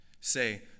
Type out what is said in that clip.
Say